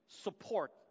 support